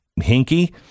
hinky